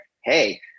hey